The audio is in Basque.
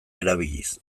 erabiliz